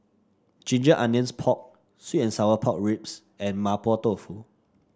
Ginger Onions Pork sweet and Sour Pork Ribs and Mapo Tofu